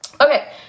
okay